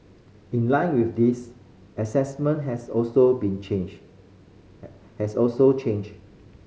in line with this assessment has also been changed has also changed